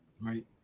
Right